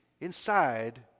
inside